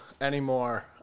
anymore